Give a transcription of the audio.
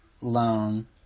loan